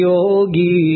Yogi